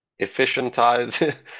efficientize